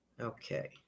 Okay